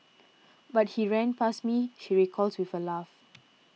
but he ran past me she recalls with a laugh